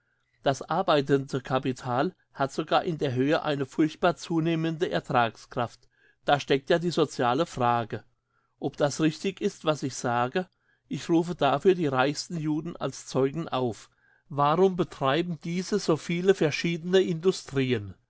das arbeitende capital hat sogar in der höhe eine furchtbar zunehmende ertragskraft da steckt ja die sociale frage ob das richtig ist was ich sage ich rufe dafür die reichsten juden als zeugen auf warum betreiben diese so viele verschiedene industrien